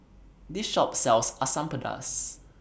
This Shop sells Asam Pedas